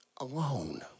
alone